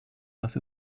dass